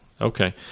Okay